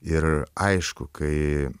ir aišku kai